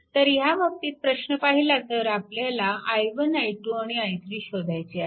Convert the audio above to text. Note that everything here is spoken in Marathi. तर ह्या बाबतीत प्रश्न पाहिला तर आपल्याला i1 i2 आणि i3 शोधायचे आहेत